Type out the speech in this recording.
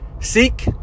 seek